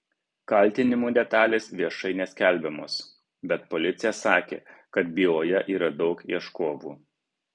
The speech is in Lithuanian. kaltinimų detalės viešai neskelbiamos bet policija sakė kad byloje yra daug ieškovų